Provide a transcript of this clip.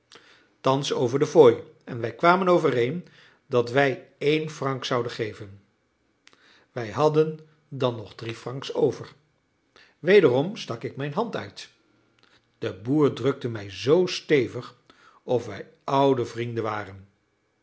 thans over de fooi en wij kwamen overeen dat we een franc zouden geven wij hadden dan nog drie francs over wederom stak ik mijn hand uit de boer drukte mij die zoo stevig of wij oude vrienden waren